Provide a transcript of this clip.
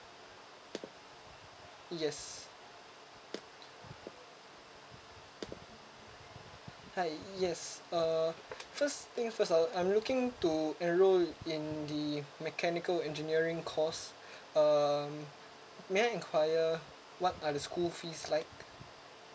yes hi yes uh first thing first uh I'm looking to enroll in the mechanical engineering course um may I enquire what are the school fees like